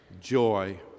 joy